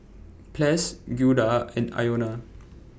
Ples Guido and Iona